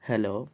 hello